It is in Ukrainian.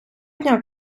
дня